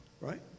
right